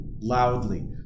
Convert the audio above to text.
loudly